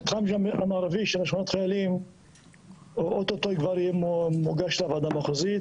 המתחם המערבי של שכונת חיילים אוטוטו כבר יהיה מוגש לוועדה המחוזית.